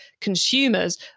consumers